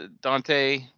Dante